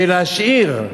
ולהשאיר?